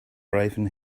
raven